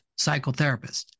psychotherapist